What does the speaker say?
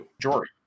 Jory